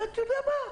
ואתה יודע מה,